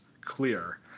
clear